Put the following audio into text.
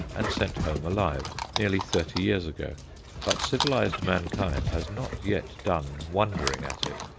and sent home alive, nearly thirty years ago but civilized mankind has not yet done wondering at it.